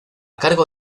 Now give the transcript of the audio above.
cargo